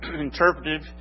interpretive